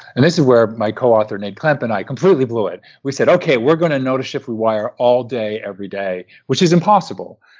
and this is where my coauthor nate klemp and i completely blew it. we said, okay. we're going to notice, shift, rewire all day, every day, which is impossible.